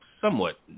somewhat